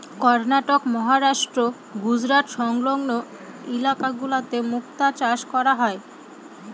কর্ণাটক, মহারাষ্ট্র, গুজরাট সংলগ্ন ইলাকা গুলোতে মুক্তা চাষ করা হয়